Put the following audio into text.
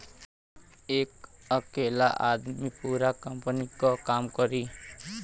एक अकेला आदमी पूरा कंपनी क काम करी